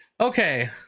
Okay